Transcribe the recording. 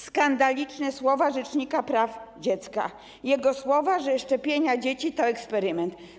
Skandaliczne słowa rzecznika praw dziecka, że szczepienia dzieci to eksperyment.